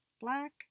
Black